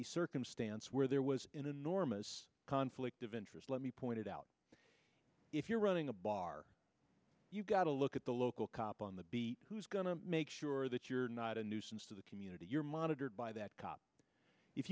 a circumstance where there was enormous conflict of interest let me point it out if you're running a bar you've got to look at the local cop on the beat who's going to make sure that you're not a nuisance to the community you're monitored by that cop if